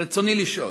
רצוני לשאול: